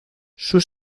sus